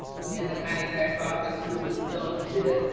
who in the county clerk's office who was killed in a